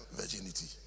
virginity